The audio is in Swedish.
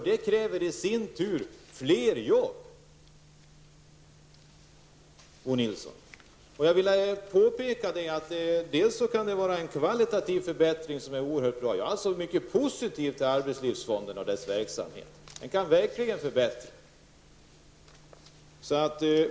Det kräver i sin tur fler jobb, Bo Nilsson. Jag ville påpeka att det kan vara fråga om en kvalitativ förbättring som är oerhört bra. Jag är alltså mycket positiv till arbetslivsfonden och dess verksamhet. Den kan verkligen åstadkomma förbättringar.